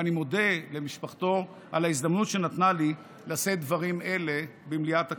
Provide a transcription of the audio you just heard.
ואני מודה למשפחה על ההזדמנות שנתנה לי לשאת דברים אלה במליאת הכנסת.